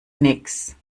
nichts